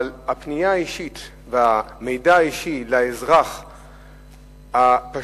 אבל הפנייה האישית והמידע האישי לאזרח הפשוט,